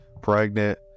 pregnant